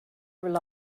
rely